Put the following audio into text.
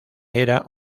era